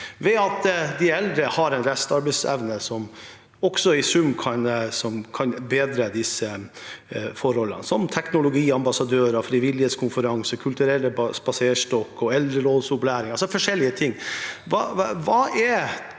ved at de eldre har en restarbeidsevne som i sum kan bedre disse forholdene, som teknologiambassadører, frivillighetskonferanser, kulturell spaserstokk og eldrerådsopplæring, altså forskjellige ting.